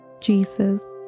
Jesus